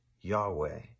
Yahweh